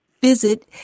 visit